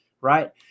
right